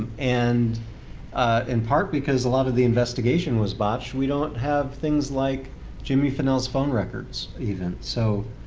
and in part because a lot of the investigation was botched, we don't have things like jimmy finnell's phone records even. so